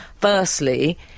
firstly